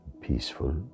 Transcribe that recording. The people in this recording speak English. peaceful